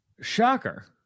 shocker